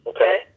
Okay